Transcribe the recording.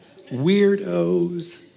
Weirdos